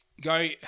go